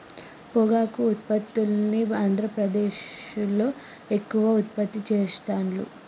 పొగాకు ఉత్పత్తుల్ని ఆంద్రప్రదేశ్లో ఎక్కువ ఉత్పత్తి చెస్తాండ్లు